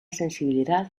sensibilidad